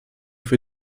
für